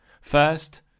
First